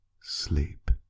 sleep